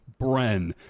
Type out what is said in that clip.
Bren